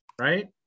right